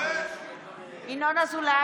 (קוראת בשם חבר הכנסת) ינון אזולאי,